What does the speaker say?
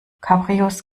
cabrios